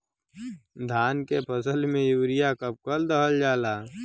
धान के फसल में यूरिया कब कब दहल जाला?